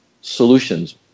Solutions